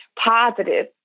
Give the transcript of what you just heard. positive